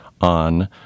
on